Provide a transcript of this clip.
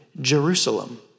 Jerusalem